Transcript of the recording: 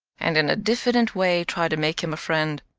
and in a diffident way try to make him a friend.